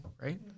right